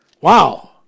wow